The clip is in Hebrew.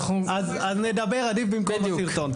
עדיף שנדבר במקום הסרטון.